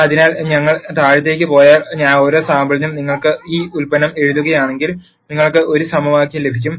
അതിനാൽ ഞങ്ങൾ താഴേക്ക് പോയാൽ ഓരോ സാമ്പിളിനും നിങ്ങൾ ഈ ഉൽപ്പന്നം എഴുതുകയാണെങ്കിൽ നിങ്ങൾക്ക് ഒരു സമവാക്യം ലഭിക്കും